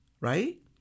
Right